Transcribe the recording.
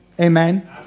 Amen